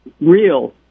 real